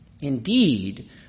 Indeed